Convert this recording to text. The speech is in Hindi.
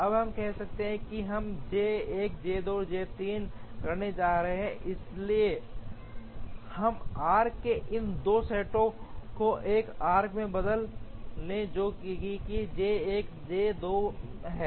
अब हम कहते हैं कि हम J 1 J 2 और J 3 करने जा रहे हैं इसलिए हम आर्क्स के इन 2 सेटों को एक आर्क से बदलें जो कि यह J 1 से J 2 है